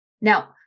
Now